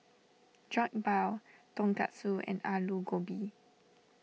Jokbal Tonkatsu and Alu Gobi